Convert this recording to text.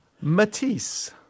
Matisse